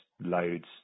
loads